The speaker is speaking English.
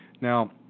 Now